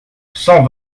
cent